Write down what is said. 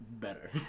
better